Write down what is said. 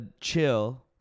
chill